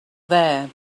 there